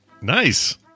Nice